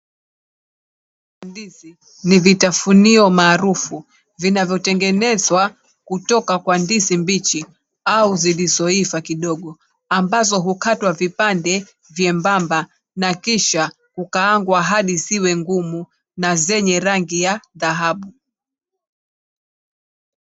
Ndizi ni vitafunio maarufu vinavyotengenezwa kutoka kwa ndizi mbichi au zilizoiva kidogo ambazo hukatwa vipande vyembamba na kisha kukaangwa hadi ziwe ngumu na zenye rangi ya dhahabu.